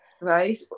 right